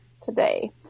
today